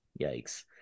yikes